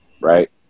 right